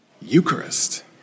Eucharist